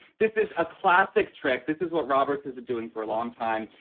this is a classic track. this is what roberts has been doing for a long time.